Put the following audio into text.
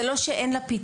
זה לא שאין לה פתרון,